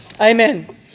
Amen